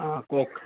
অঁ কওক